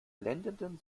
blendenden